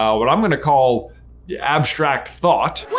um what i'm gonna call yeah abstract thought.